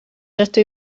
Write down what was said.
rydw